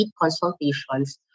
consultations